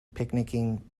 picnicking